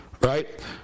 Right